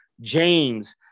James